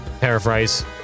paraphrase